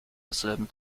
desselben